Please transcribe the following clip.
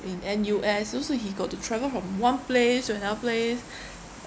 in N_U_S so so he got to travel from one place to another place